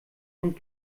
und